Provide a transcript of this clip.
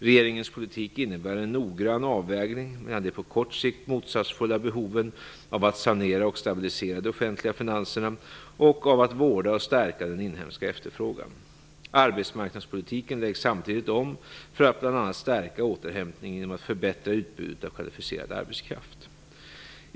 Regeringens politik innebär en noggrann avvägning mellan de på kort sikt motsatsfulla behoven av att sanera och stabilisera de offentliga finanserna och av att vårda och stärka den inhemska efterfrågan. Arbetsmarknadspolitiken läggs samtidigt om för att bl.a. stärka återhämtningen genom att förbättra utbudet av kvalificerad arbetskraft.